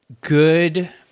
good